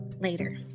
Later